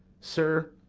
sir,